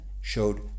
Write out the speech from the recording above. showed